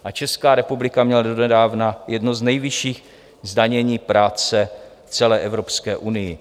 A Česká republika měla donedávna jedno z nejvyšších zdanění práce v celé Evropské unii.